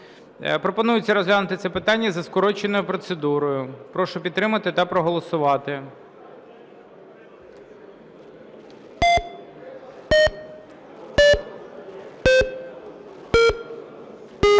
Пропонується розглянути це питання за скороченою процедурою. Прошу підтримати та проголосувати.